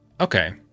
Okay